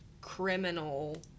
criminal